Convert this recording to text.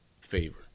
favor